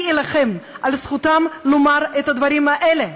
אני אלחם על זכותם לומר את הדברים האלה.